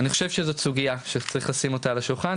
אני חושב שזו סוגיה שצריך לשים אותה על השולחן.